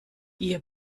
ihr